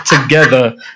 together